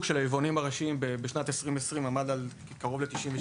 של היבואנים הראשיים בשנת 2020 עמד על כ-97%,